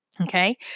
Okay